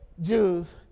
Jews